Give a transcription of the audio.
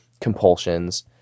compulsions